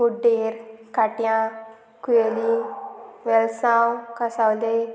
उड्डेर काट्यां कुवेली वेलसांव कसावले